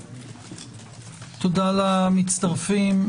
תודה למצטרפים.